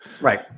Right